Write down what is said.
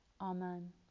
Amen